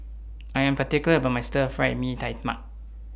I Am particular about My Stir Fried Mee Tai Mak